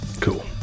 Cool